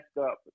up